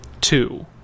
Two